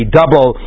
double